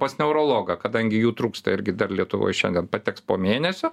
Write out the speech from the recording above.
pas neurologą kadangi jų trūksta irgi dar lietuvoj šiandien pateks po mėnesio